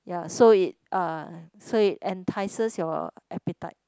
ya it uh so it entices your appetite